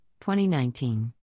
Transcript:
2019